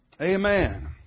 Amen